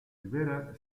ribera